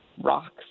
rocks